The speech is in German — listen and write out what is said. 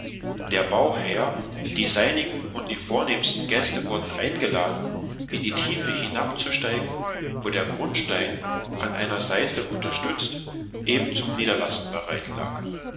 der bauherr die seinigen und die vornehmsten gäste wurden eingeladen in die tiefe hinabzusteigen wo der grundstein an einer seite unterstützt eben zum niederlassen bereit lag